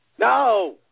No